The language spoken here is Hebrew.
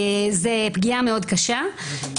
זו פגיעה קשה מאוד.